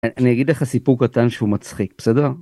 אני אגיד לך סיפור קטן שהוא מצחיק בסדר.